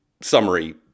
summary